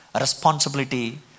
responsibility